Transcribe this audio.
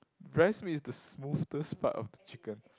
breast meat is the smoothest part of the chicken